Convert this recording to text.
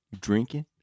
Drinking